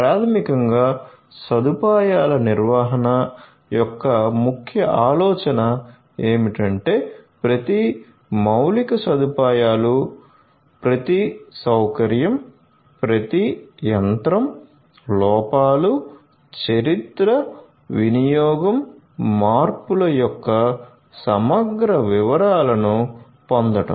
ప్రాథమికంగా సదుపాయాల నిర్వహణ యొక్క ముఖ్య ఆలోచన ఏమిటంటే ప్రతి మౌలిక సదుపాయాలు ప్రతి సౌకర్యం ప్రతి యంత్రం లోపాలు చరిత్ర వినియోగం మార్పుల యొక్క సమగ్ర వివరాలను పొందడం